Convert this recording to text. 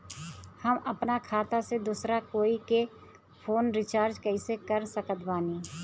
हम अपना खाता से दोसरा कोई के फोन रीचार्ज कइसे कर सकत बानी?